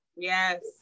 yes